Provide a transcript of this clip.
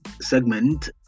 segment